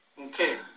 Okay